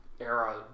era